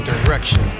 Direction